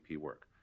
work